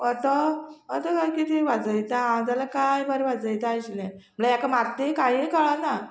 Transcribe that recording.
ओतो ओतो कितें वाजयता हांव जाल्या काय बरें वाजयता आशिल्लें म्हळ्यार एका मातये कांय कळना